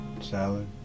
salad